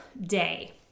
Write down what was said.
day